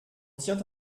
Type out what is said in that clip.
tient